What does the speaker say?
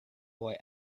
boy